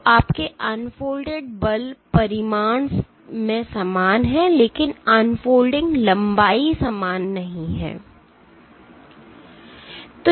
तो आपके अनफोल्डेड बल परिमाण में समान हैं लेकिन अनफोल्डिंग लंबाई समान नहीं हैं